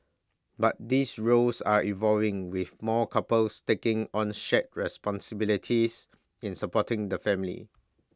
but these roles are evolving with more couples taking on shared responsibilities in supporting the family